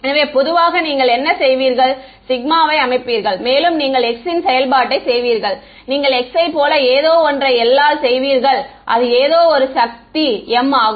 எனவேபொதுவாக நீங்கள் என்ன செய்வீர்கள் சிக்மா யை அமைப்பீர்கள் மேலும் நீங்கள் x இன் செயல்பாட்டைச் செய்வீர்கள் நீங்கள் x யை போல எதோ ஒன்றை L ஆல் செய்வீர்கள் அது ஏதோ ஒரு சக்தி m ஆகும்